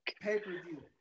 Pay-per-view